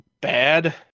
bad